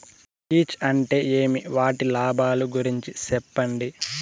కీచ్ అంటే ఏమి? వాటి లాభాలు గురించి సెప్పండి?